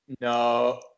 No